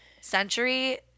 century